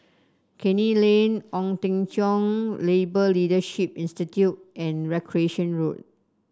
Canning Lane Ong Teng Cheong Labour Leadership Institute and Recreation Road